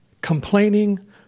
complaining